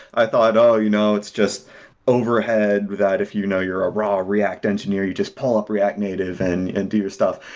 i thought, oh, you know. it's just overhead, that if you know you're a raw react engineer, you just pull up react native and and do your stuff.